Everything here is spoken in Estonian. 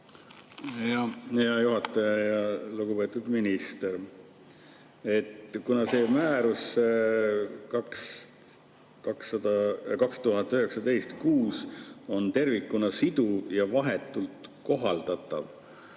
Hea juhataja! Lugupeetud minister! Kuna see määrus 2019/6 on tervikuna siduv ja vahetult kohaldatav